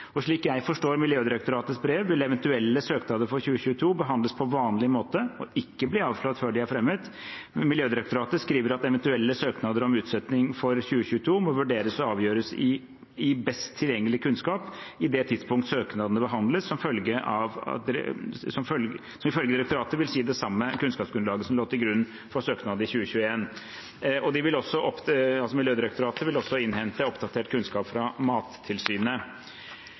Slik jeg forstår Miljødirektoratets brev, vil eventuelle søknader for 2022 behandles på vanlig måte, ikke bli avslått før de er fremmet. Miljødirektoratet skriver at eventuelle søknader om utsetting for 2022 må vurderes og avgjøres ut fra best tilgjengelig kunnskap i det tidspunkt søknadene behandles, som ifølge direktoratet vil si det samme kunnskapsgrunnlaget som lå til grunn for søknaden i 2021. Miljødirektoratet vil også innhente oppdatert kunnskap fra Mattilsynet. Miljødirektoratets brev må også leses i lys av Klima- og miljødepartementets daværende klageavgjørelse fra